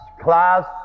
class